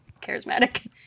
charismatic